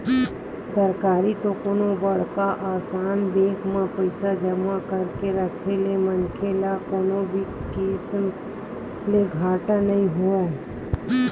सरकारी ते कोनो बड़का असन बेंक म पइसा जमा करके राखे ले मनखे ल कोनो भी किसम ले घाटा नइ होवय